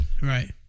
Right